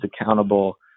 accountable